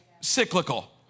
cyclical